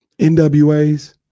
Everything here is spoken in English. NWAs